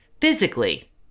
Physically